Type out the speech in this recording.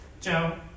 Joe